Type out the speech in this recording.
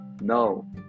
No